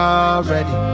already